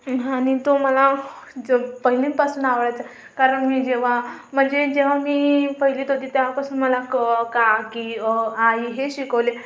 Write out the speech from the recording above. आणि तो मला पहिलेपासून आवडायचा कारण मी जेव्हा म्हणजे जेव्हा मी पहिलीत होती तेव्हापासून मला क का की अ आ इ हे शिकवले